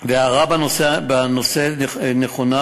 ההערה בנושא נכונה,